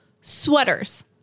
sweaters